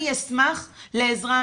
אני אשמח לעזרה.